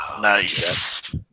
Nice